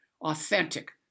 authentic